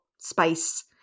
space